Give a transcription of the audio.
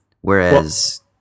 Whereas